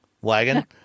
wagon